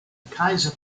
kaiser